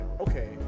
okay